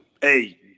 hey